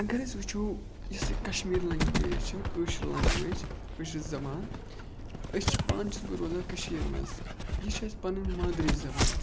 اگر أسۍ وٕچھو یۄس یہِ کَشمیٖر لنٛگویج چھےٚ کٲشِر لنٛگویج کٲشِر زَبان أسۍ چھِ پانہٕ چھس بہٕ روزان کٔشیٖر مَنٛز یہِ چھِ اَسہِ پَنٕنۍ مادری زَبان